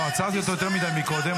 לא, עצרתי אותו יותר מדי קודם.